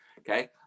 Okay